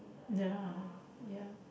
ya ya